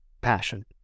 passion